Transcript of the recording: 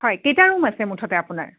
হয় কেইটা ৰুম আছে মুঠতে আপোনাৰ